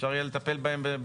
אפשר יהיה לטפל בהן.